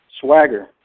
swagger